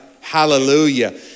Hallelujah